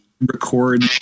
record